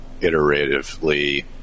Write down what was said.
iteratively